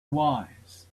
wise